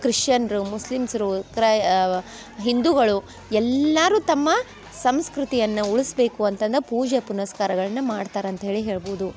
ಕ್ರಿಶ್ಶನ್ರು ಮುಸ್ಲಮ್ಸರು ಕ್ರೈ ಹಿಂದುಗಳು ಎಲ್ಲರೂ ತಮ್ಮ ಸಂಸ್ಕೃತಿಯನ್ನು ಉಳಿಸ್ಬೇಕು ಅಂತಂದು ಪೂಜೆ ಪುನಸ್ಕಾರಗಳನ್ನ ಮಾಡ್ತಾರ ಅಂತ ಹೇಳಿ ಹೇಳ್ಬೌದು